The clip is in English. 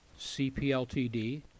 CPLTD